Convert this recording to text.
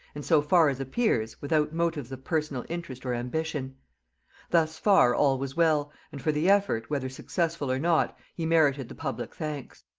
and, so far as appears, without motives of personal interest or ambition thus far all was well, and for the effort, whether successful or not, he merited the public thanks.